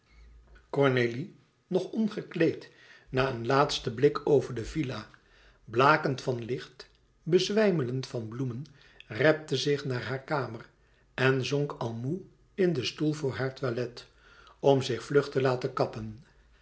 cornélie nog ongekleed na een laatsten blik over de villa blakend van licht bezwijmelend van bloemen repte zich naar hare kamer en zonk al moê in den stoel voor haar toilet om zich vlug te laten kappen